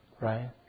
right